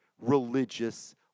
religious